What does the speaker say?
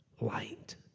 light